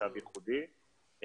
מצב ייחודי,